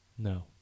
no